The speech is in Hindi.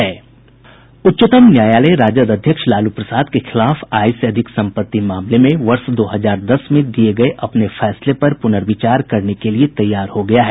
उच्चतम न्यायालय राजद अध्यक्ष लालू प्रसाद के खिलाफ आय से अधिक संपत्ति मामले में वर्ष दो हजार दस में दिये अपने फैसले पर प्नर्विचार करने के लिए तैयार हो गया है